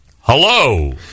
hello